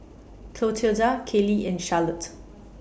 Clotilda Kayley and Charlotte